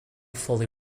fully